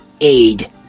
aid